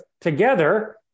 together